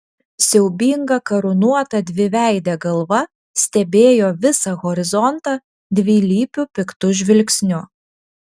siaubinga karūnuota dviveidė galva stebėjo visą horizontą dvilypiu piktu žvilgsniu